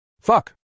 Fuck